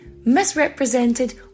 misrepresented